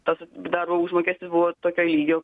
tas darbo užmokestis buvo tokio lygio